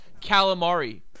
Calamari